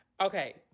Okay